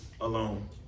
alone